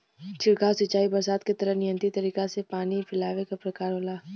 छिड़काव सिंचाई बरसात के तरे नियंत्रित तरीका से पानी फैलावे क प्रकार होला